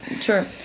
sure